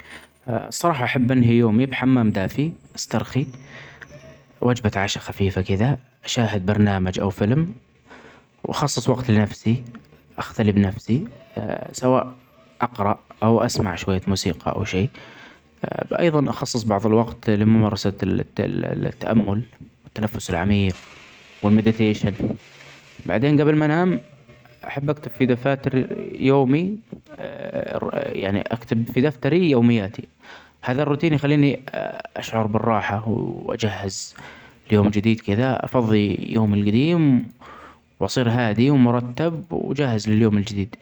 الصراحة أحب أنهي يومي بحمام دافي أسترخي, وجبة عشا خفيفة كده أشاهد برنامج أو فيلم وأخصص وقت لنفسي أختلي بنفسي سواء أقراء أو أسمع شوية موسيقي أو شئ. أيضا أخصص بعض الوقت لممارسة التأمل والتنفس العميق والمادتيشن بعدين قبل ما أنام أحب أكتب في دفاتر ي-يومي يعني أكتب في دفتري يومياتي هذا الروتين يخليني أشعر بالراحة و أجهزليوم جديد كده أفضي يوم القديم وأصير هادي ومرتب وجاهز لليوم الجديد.